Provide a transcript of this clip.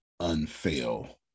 unfail